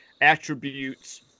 attributes –